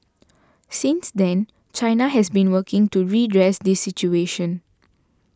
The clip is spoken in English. since then China has been working to redress this situation